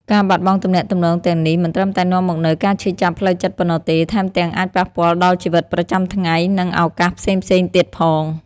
ការបាត់បង់ទំនាក់ទំនងទាំងនេះ មិនត្រឹមតែនាំមកនូវការឈឺចាប់ផ្លូវចិត្តប៉ុណ្ណោះទេ ថែមទាំងអាចប៉ះពាល់ដល់ជីវិតប្រចាំថ្ងៃ និងឱកាសផ្សេងៗទៀតផង។